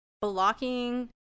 blocking